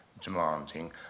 demanding